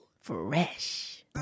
Fresh